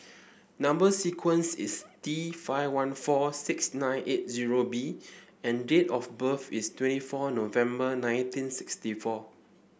number sequence is T five one four six nine eight zero B and date of birth is twenty four November nineteen sixty four